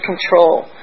control